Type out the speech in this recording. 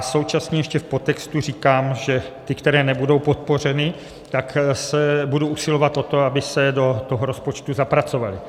Současně ještě v podtextu říkám, že ty, které nebudou podpořeny, tak budu usilovat o to, aby se do toho rozpočtu zapracovaly.